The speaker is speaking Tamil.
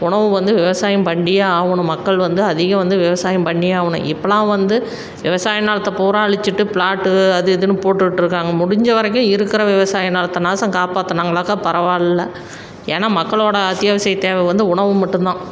உணவு வந்து விவசாயம் பண்ணியே ஆகணும் மக்கள் வந்து அதிகம் வந்து விவசாயம் பண்ணியே ஆகணும் இப்போலாம் வந்து விவசாய நிலத்த பூரா அழிச்சிட்டு ப்ளாட்டு அது இதுன்னு போட்டுட்டிருக்காங்க முடிஞ்ச வரைக்கும் இருக்கிற விவசாய நிலத்தனாச்சும் காப்பாற்றுனாங்கனாக்கா பரவாயில்ல ஏன்னால் மக்களோடய அத்தியாவசிய தேவை வந்து உணவு மட்டும் தான்